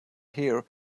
here